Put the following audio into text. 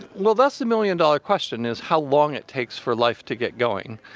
well, that's a million-dollar question, is how long it takes for life to get going.